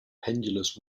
pendulous